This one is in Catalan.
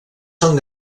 són